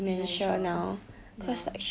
dementia ya